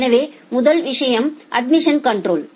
எனவே முதல் விஷயம் அட்மிஷன்கன்ட்ரொல்